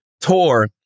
tour